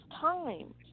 time